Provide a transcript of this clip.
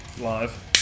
live